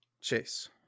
Chase